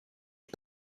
les